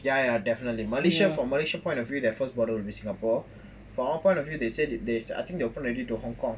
ya ya definitely malaysia from malaysia point of view their first border will be singapore for our point of view they said it I think they open already to hong kong